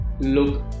Look